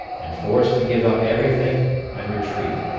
and forced to give up everything and retreat.